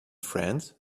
friends